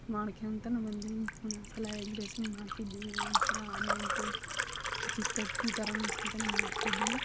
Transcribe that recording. ಮಾಡ್ಕೊಳ್ತಾ ನಾನು ಬಂದ್ವಿ ಒಂದೊಂದ್ಸಲ ಎಗ್ ರೈಸ್ನೂ ಮಾಡ್ತಿದ್ವಿ ಒಂದೊಂದ್ಸಲ ಆಮ್ಲೆಟು ಥರನೂ ಸಹಿತ ನಾವು ಮಾಡ್ತಿದ್ದವು